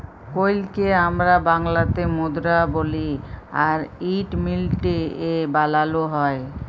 কইলকে আমরা বাংলাতে মুদরা বলি আর ইট মিলটে এ বালালো হয়